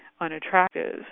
unattractive